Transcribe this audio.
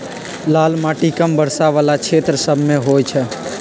लाल माटि कम वर्षा वला क्षेत्र सभमें होइ छइ